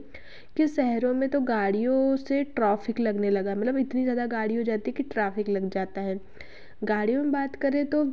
कि शहरों में तो गाड़ियो से ट्रॉफिक लगने लगा मतलब इतनी ज़्यादा गाड़ी हो जाती है कि ट्राफिक लग जाता है गाड़ियो में बात करें तो